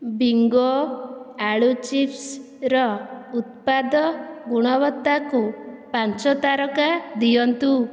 Bingo ଆଳୁ ଚିପ୍ସ୍ର ଉତ୍ପାଦ ଗୁଣବତ୍ତାକୁ ପାଞ୍ଚ ତାରକା ଦିଅନ୍ତୁ